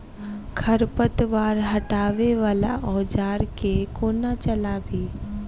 खरपतवार हटावय वला औजार केँ कोना चलाबी?